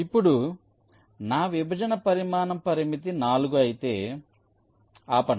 ఇప్పుడు నా విభజన పరిమాణం పరిమితి 4 అయితే ఆపండి